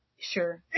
sure